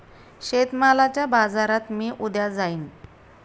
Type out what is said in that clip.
शेतमालाच्या बाजारात मी उद्या जाईन